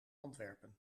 antwerpen